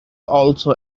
also